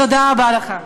תודה רבה לך.